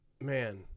man